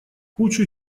кучу